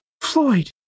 Floyd